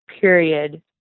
period